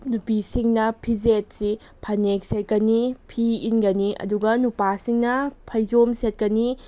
ꯅꯨꯄꯤꯁꯤꯡꯅ ꯐꯤꯖꯦꯠꯁꯤ ꯐꯅꯦꯛ ꯁꯦꯠꯀꯅꯤ ꯐꯤ ꯏꯟꯒꯅꯤ ꯑꯗꯨꯒ ꯅꯨꯄꯥꯁꯤꯡꯅ ꯐꯩꯖꯣꯝ ꯁꯦꯠꯀꯅꯤ